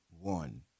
one